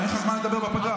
למה, אין לך זמן לדבר בפגרה?